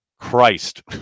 Christ